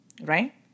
Right